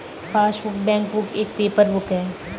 passbook, bankbook एक paper book है